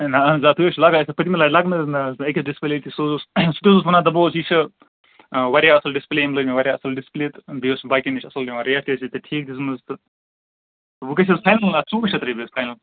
یہِ نہَ حظ اَتھ حظ چھُ لاگان پٔتۍمہِ لٹہِ لأگنو حظ أکِس ڈِسپٕلے أکَِس سُہ حظ سُہ تہِ اوسُس وَنان یہِ چھُ واریاہ اصٕل ڈِسپٕلے أمۍ لٲج مےٚ واریاہ اَصٕل ڈِسپٕلے تہٕ بیٚیہِ اوسُس باقیَن نِش اَصٕل دِوان ریٚٹ تہِ حظ چھُس ژےٚ ٹھیٖک دِژمٕژ تہٕ وۅنۍ گَژھِ حظ اَتھ ژوٚوُہ شیٚتھ رۅپیہِ حظ فاینَل